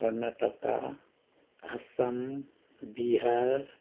Karnataka Assam Bihar